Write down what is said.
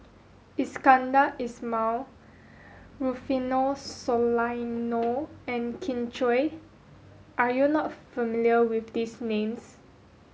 Iskandar Ismail Rufino Soliano and Kin Chui are you not familiar with these names